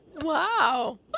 Wow